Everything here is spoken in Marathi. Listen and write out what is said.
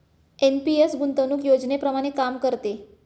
एन.पी.एस गुंतवणूक योजनेप्रमाणे काम करते